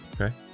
Okay